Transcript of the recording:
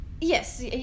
yes